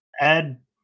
add